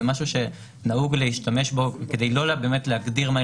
זה משהו שנהוג להשתמש בו כדי לא להגדיר מהי